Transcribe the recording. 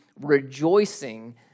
rejoicing